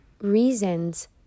reasons